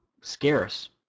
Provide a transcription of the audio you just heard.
scarce